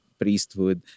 priesthood